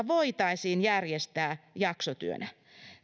voitaisiin järjestää jaksotyönä